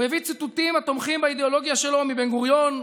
הוא הביא ציטוטים התומכים באידיאולוגיה שלו מבן-גוריון,